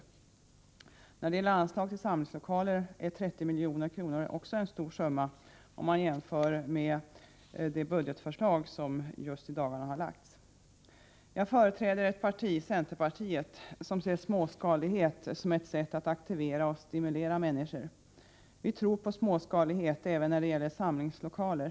— Nr 60 När det gäller anslag till samlingslokaler är 30 milj.kr. också en stor summa pengar, om man jämför med det budgetförslag som lagts i dagarna. Jag företräder ett parti, centerpartiet, som ser småskalighet som ett sätt att aktivera och stimulera människor. Vi tror på småskalighet även när det gäller samlingslokaler.